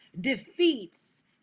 defeats